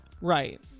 right